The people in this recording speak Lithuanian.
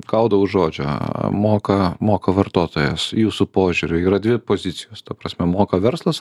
gaudau už žodžio moka moka vartotojas jūsų požiūriu yra dvi pozicijos ta prasme moka verslas